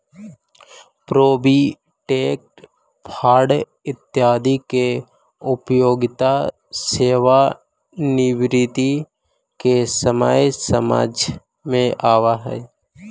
provident fund इत्यादि के उपयोगिता सेवानिवृत्ति के समय समझ में आवऽ हई